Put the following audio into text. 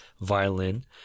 violin